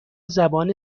زبان